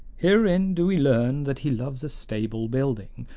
herein do we learn that he loves a stable building,